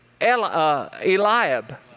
Eliab